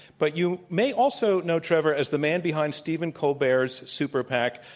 but you may also know trevor as the man behind steven colbert's super pac,